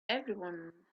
everyone